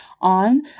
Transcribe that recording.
on